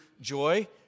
joy